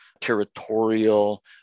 territorial